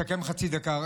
אסכם חצי דקה.